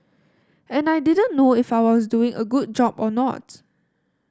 and I didn't know if I was doing a good job or not